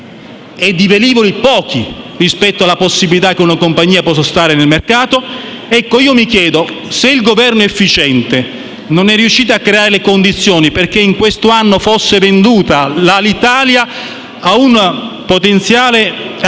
- e pochi rispetto alla possibilità che una compagnia possa stare nel mercato? Dunque, mi chiedo: se il Governo efficiente non è riuscito a creare le condizioni perché, in questo anno, l'Alitalia fosse venduta ad un potenziale